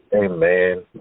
Amen